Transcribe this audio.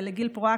ולגיל פרואקטור,